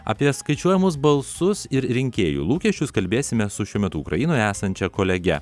apie skaičiuojamus balsus ir rinkėjų lūkesčius kalbėsime su šiuo metu ukrainoje esančia kolege